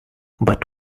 but